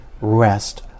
rest